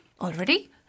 Already